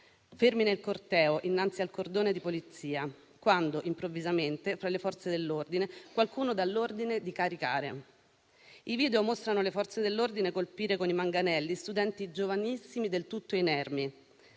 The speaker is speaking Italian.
fermi nel corteo innanzi al cordone di polizia, quando improvvisamente, fra le Forze dell'ordine, qualcuno dà l'ordine di caricare. I video mostrano le Forze dell'ordine colpire con i manganelli studenti giovanissimi del tutto inermi.